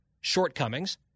shortcomings